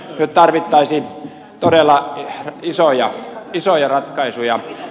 nyt tarvittaisiin todella isoja ratkaisuja